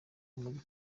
muri